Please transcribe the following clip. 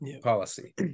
policy